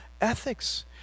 ethics